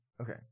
Okay